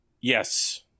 Yes